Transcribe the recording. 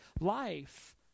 life